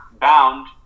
Bound